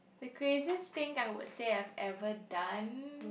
the craziest thing I would say I've ever done